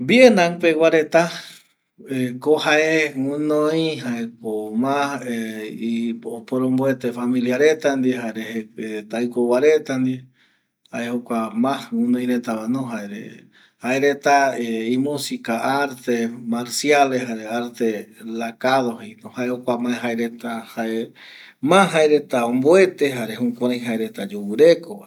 Vietnan peguaretako jae guɨnoi iporomboete familia reta ndie jare taɨkuegua reta ndie jae jokua ma guɨnoi retavano jare jaerete imusica arte marciales jare arte lakau jae jokuape jaereta ma jaereta omboete jare jukurai jaereta yogɨreko